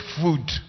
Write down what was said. food